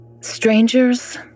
Strangers